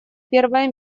первое